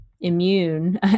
immune